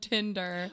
Tinder